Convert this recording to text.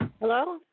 Hello